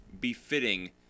befitting